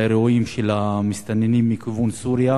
באירועים של המסתננים מכיוון סוריה,